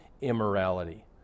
immorality